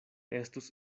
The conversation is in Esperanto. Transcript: estus